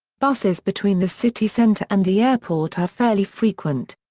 buses between the city centre and the airport are fairly frequent.